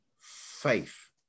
faith